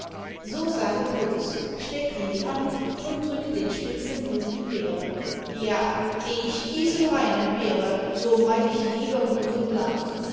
so saget kunz schlägt in die hand und rückt den spitzen hut die quere ja eh ich diesen rain entbehre so meid ich lieber gut und land